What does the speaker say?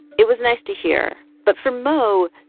it was nice to hear. but for mo,